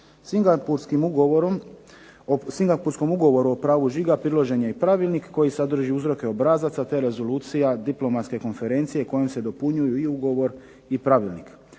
Singapurskom ugovoru o pravu žiga priložen je i pravilnik koji sadrži uzroke obrazaca te rezolucija diplomatske konferencije kojom se dopunjuju i ugovor i pravilnik.